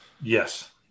Yes